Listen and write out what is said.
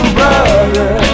brother